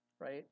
right